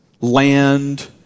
land